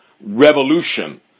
revolution